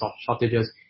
shortages